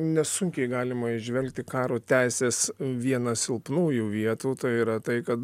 nesunkiai galima įžvelgti karo teisės vieną silpnųjų vietų tai yra tai kad